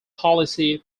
policy